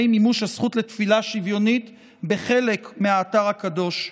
מימוש הזכות לתפילה שוויונית בחלק מהאתר הקדוש.